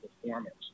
performance